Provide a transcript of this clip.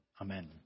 Amen